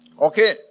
Okay